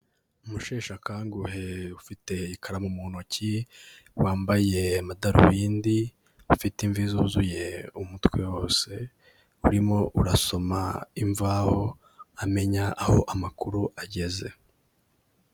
Umusheshakanguhe ufite ikaramu mu ntoki, wambaye amadarubindi, ufite imvi zuzuye umutwe wose, urimo urasoma imvaho, amenya aho amakuru ageze.